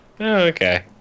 okay